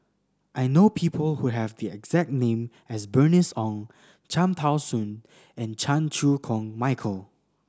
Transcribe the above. I know people who have the exact name as Bernice Ong Cham Tao Soon and Chan Chew Koon Michael